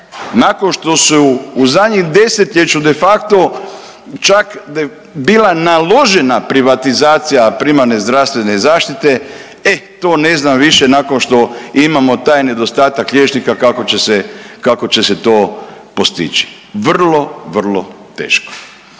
nakon što su u zadnjem desetljeću de facto čak bila naložena privatizacija primarne zdravstvene zaštite, e to ne znam više, nakon što imamo taj nedostatak liječnika kako će se to postići. Vrlo, vrlo teško.